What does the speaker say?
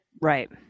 Right